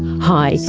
hi,